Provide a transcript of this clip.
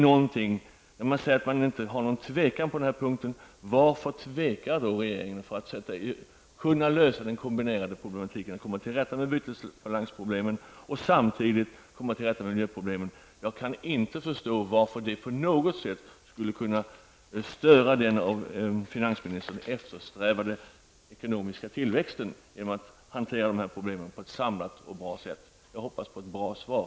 När man säger att man inte känner någon tvekan på den här punkten, varför tvekar regeringen att lösa den kombinerade problematiken och komma till rätta med bytesbalansproblemen samtidigt som man kommer till rätta med miljöproblemen? Jag kan inte förstå varför det på något sätt skulle kunna störa den av finansministern eftersträvade ekonomiska tillväxten om de här problemen hanterades på ett samlat och bra sätt. Jag hoppas på ett bra svar.